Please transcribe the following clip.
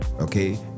okay